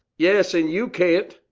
yes an you can't.